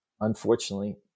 unfortunately